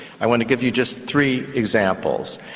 i want to give you just three examples.